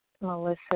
Melissa